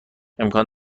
امکان